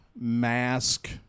mask